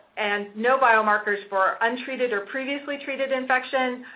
and no bio-markers for untreated or previously treated infection,